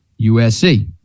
USC